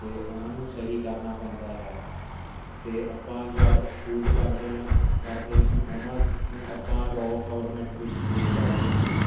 ਅਤੇ ਉਹਨਾਂ ਨੂੰ ਸਹੀ ਕਰਨਾ ਪੈਂਦਾ ਹੈ ਅਤੇ ਆਪਾਂ ਜਦ ਸ਼ੂਟ ਕਰਦੇ ਹਾਂ ਕਰਦੇ ਹਨ ਉਹਨਾਂ ਨੂੰ ਆਪਾਂ ਰੋ ਫੋਰਮੈਟ ਵਿੱਚ ਸ਼ੂਟ ਕਰਦੇ ਹਨ